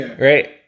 Right